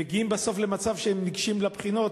מגיעים בסוף למצב שהם ניגשים לבחינות